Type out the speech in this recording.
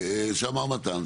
נקודה שאמר מתן,